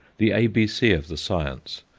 the abc of the science,